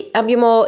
abbiamo